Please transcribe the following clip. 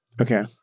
Okay